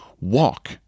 walk